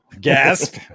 Gasp